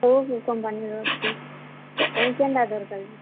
କେଉଁ କମ୍ପାନୀର ଅଛି ତୁମକୁ କେନ୍ତା ଦରକାର କି